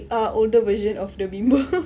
err older version of the bimbo